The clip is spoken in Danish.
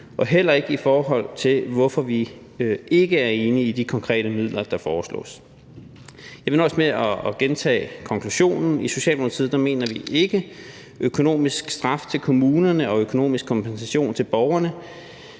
og heller ikke i forhold til hvorfor vi ikke er enige med hensyn til de konkrete midler, der foreslås. Jeg vil nøjes med at gentage konklusionen. I Socialdemokratiet mener vi ikke, at økonomisk straf til kommunerne og økonomisk kompensation til borgerne